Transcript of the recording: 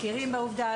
מכירים בעובדה,